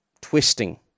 twisting